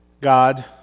God